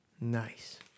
Nice